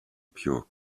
pure